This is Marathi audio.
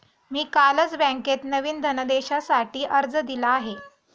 मी कालच बँकेत नवीन धनदेशासाठी अर्ज दिला आहे